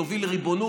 היא תוביל לריבונות,